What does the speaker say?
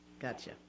Gotcha